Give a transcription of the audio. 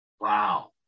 Wow